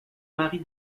marie